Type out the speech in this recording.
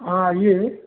हाँ आइए